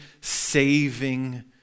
saving